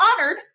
honored